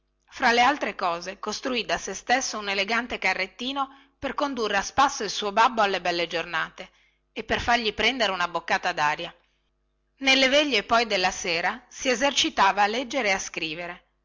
fra le altre cose costruì da sé stesso un elegante carrettino per condurre a spasso il suo babbo alle belle giornate e per fargli prendere una boccata daria nelle veglie poi della sera si esercitava a leggere e a scrivere